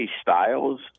Styles